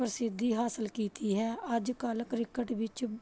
ਪ੍ਰਸਿੱਧੀ ਹਾਸਿਲ ਕੀਤੀ ਹੈ ਅੱਜ ਕੱਲ੍ਹ ਕ੍ਰਿਕਟ ਵਿੱਚ